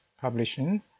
publishing